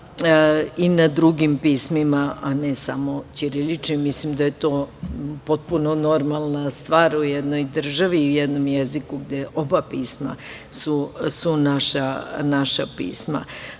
i na drugim pismima, a ne samo ćiriličnim. Mislim da je to potpuno normalna stvar u jednoj državi i jednom jeziku gde su oba pisma naša pisma. Žao